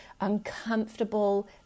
uncomfortable